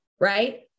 right